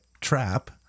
trap